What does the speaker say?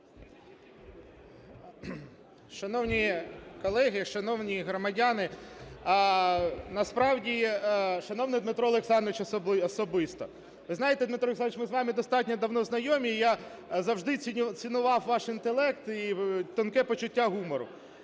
Шановні колеги! Шановні громадяни! Насправді… І шановний Дмитро Олександрович, особисто. Ви знаєте, Дмитро Олександрович, ми з вами достатньо давно знайомі, і я завжди цінував ваш інтелект і тонке почуття гумору.